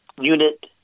unit